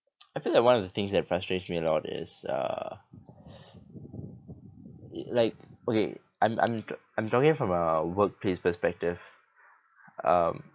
I feel like one of the things that frustrates me a lot is uh like okay I'm I'm I'm talking from a workplace perspective um